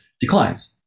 declines